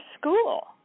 school